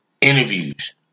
Interviews